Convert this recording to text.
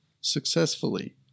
successfully